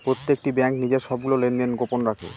প্রত্যেকটি ব্যাঙ্ক নিজের সবগুলো লেনদেন গোপন রাখে